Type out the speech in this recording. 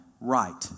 right